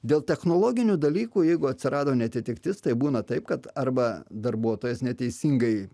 dėl technologinių dalykų jeigu atsirado neatitiktis tai būna taip kad arba darbuotojas neteisingai